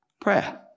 prayer